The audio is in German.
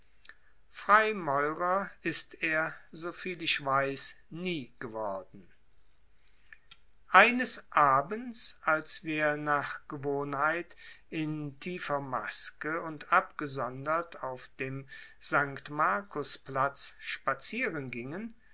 freimäurer ist er soviel ich weiß nie geworden eines abends als wir nach gewohnheit in tiefer maske und abgesondert auf dem st markusplatz spazieren gingen